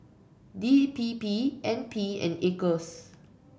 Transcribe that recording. D P P N P and Acres